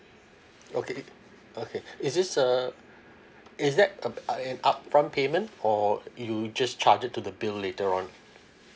okay it okay is this a is that a an upfront payment or it will just charge it to the bill later on